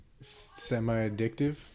semi-addictive